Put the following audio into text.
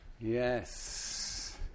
Yes